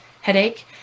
headache